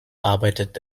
arbeitet